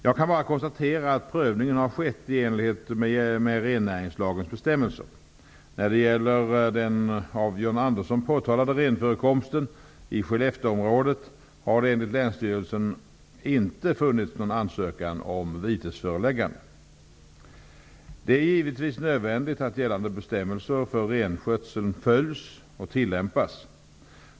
Jag kan bara konstatera att prövningen har skett i enlighet med rennäringslagens bestämmelser. När det gäller den av John Andersson påtalade renförekomsten i Skellefteområdet har det enligt länsstyrelsen inte funnits någon ansökan om vitesföreläggande. Det är givetvis nödvändigt att gällande bestämmelser för renskötseln följs och tillämpas.